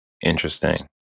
Interesting